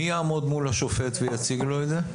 מי יעמוד מול השופט ויציג לו את זה?